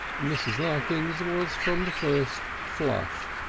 mrs. larkins was from the first flushed,